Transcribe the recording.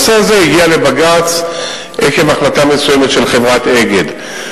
הנושא הזה הגיע לבג"ץ עקב החלטה מסוימת של חברת "אגד".